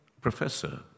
Professor